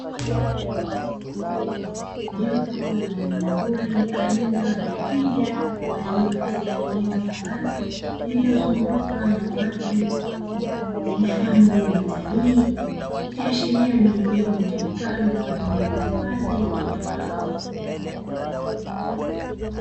Jopo la wanyamapori aina ya twiga walio katika eneo la wazi lililozungukwa na watu mfano wa watalii, ikiashiria eneo litumikalo kwa ajili ya uhifadhi wa wanyama hao.